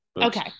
okay